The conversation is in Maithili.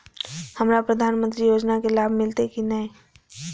हमरा प्रधानमंत्री योजना के लाभ मिलते की ने?